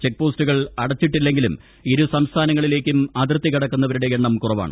check പോസ്റ്റുകൾ അടുച്ചിട്ടില്ലെങ്കിലും ഇരുസംസ്ഥാനങ്ങളിലേക്കും അതിർത്തി കടക്കുന്നവരുടെ എണ്ണം കുറവാണ്